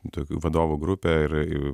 tokių vadovų grupę ir